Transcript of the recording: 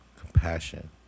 compassion